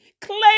Claim